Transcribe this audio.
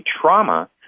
trauma